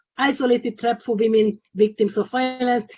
isolated trap for women victims of violence.